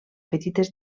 petites